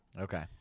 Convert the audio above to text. Okay